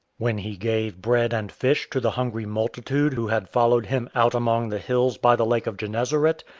when he gave bread and fish to the hungry multitude who had followed him out among the hills by the lake of gennesaret,